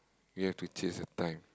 we have to chase the time